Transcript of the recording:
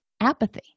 apathy